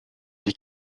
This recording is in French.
des